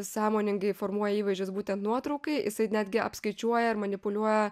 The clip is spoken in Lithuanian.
sąmoningai formuoja įvaizdžius būtent nuotraukai jisai netgi apskaičiuoja ir manipuliuoja